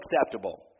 acceptable